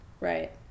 right